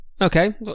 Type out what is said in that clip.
okay